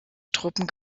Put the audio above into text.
truppen